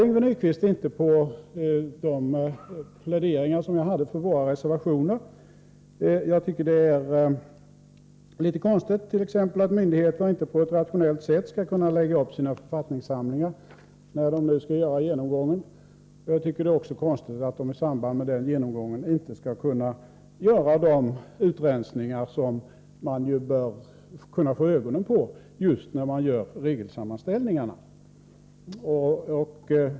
Yngve Nyquist kommenterade inte mina pläderingar för våra reservationer. Jag tycker t.ex. att det är litet konstigt att myndigheterna inte på ett rationellt sätt skall kunna lägga upp sina författningssamlingar, när de nu skall göra genomgången. Jag tycker också att det är konstigt att man i samband med den genomgången inte skall kunna göra de utrensningar som behövs och som man bör kunna få ögonen på just när man gör regelsammanställningarna.